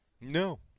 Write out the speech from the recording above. No